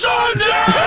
Sunday